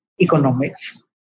economics